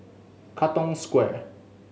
Katong Square